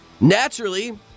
Naturally